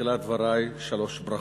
בתחילת דברי שלוש ברכות: